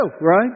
right